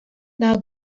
now